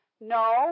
No